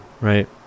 right